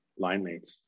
linemates